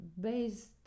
based